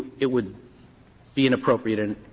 it would be inappropriate. and